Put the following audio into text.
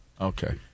Okay